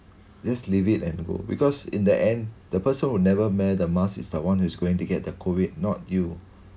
just leave it and go because in the end the person who never wear the mask is someone who's going to get the COVID not you